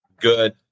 good